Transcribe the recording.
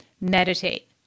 meditate